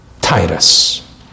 Titus